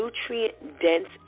nutrient-dense